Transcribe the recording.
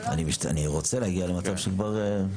אני רוצה להגיע למצב כבר.